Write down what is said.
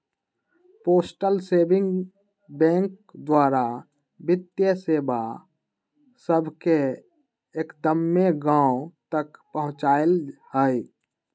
postal saving bank द्वारा वित्तीय सेवा सभके एक्दम्मे गाँव तक पहुंचायल हइ